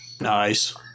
Nice